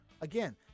Again